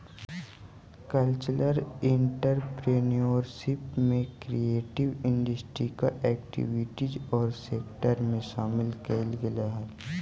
cultural entrepreneurship में creative industry activities औउर sector के शामिल कईल गेलई हई